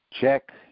check